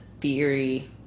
theory